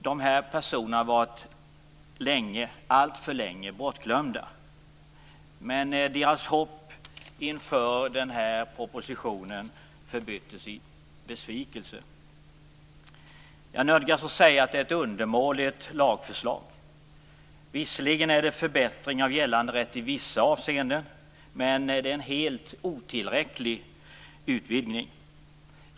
De här personerna har alltför länge varit bortglömda, men deras hopp inför den här propositionen förbyttes i besvikelse. Jag nödgas säga att det är ett undermåligt lagförslag. Visserligen är det en förbättring av gällande rätt i vissa avseenden, men det är en helt otillräcklig utvidgning.